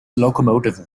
locomotive